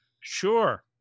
Sure